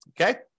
okay